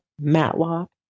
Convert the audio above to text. Matlock